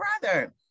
brother